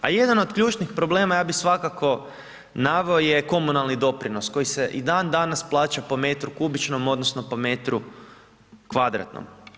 A jedan od ključnih problema ja bi svakako naveo, je komunalni doprinos, koji se i dan danas plaća po metru kubičnom, odnosno, po metru kvadratnom.